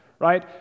right